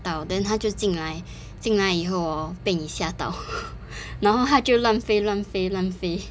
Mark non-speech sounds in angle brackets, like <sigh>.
到 then 它就进来进来以后 hor 被你吓到 <laughs> 然后它就乱飞乱飞乱飞